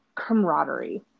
camaraderie